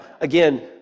again